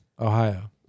Ohio